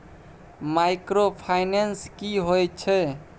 Microfinance की होय छै?